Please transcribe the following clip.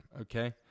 okay